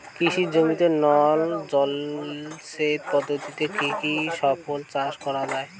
কৃষি জমিতে নল জলসেচ পদ্ধতিতে কী কী ফসল চাষ করা য়ায়?